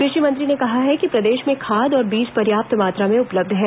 कृषि मंत्री ने कहा कि प्रदेश में खाद और बीज पर्याप्त मात्रा में उपलब्ध है